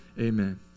Amen